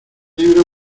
libro